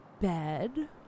Bed